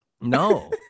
no